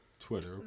Twitter